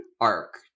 arc